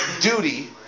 duty